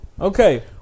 Okay